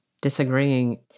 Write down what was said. disagreeing